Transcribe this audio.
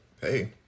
Hey